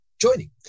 joining